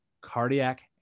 cardiac